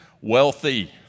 wealthy